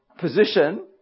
position